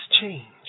change